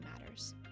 matters